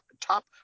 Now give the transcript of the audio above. top